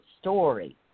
story